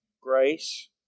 grace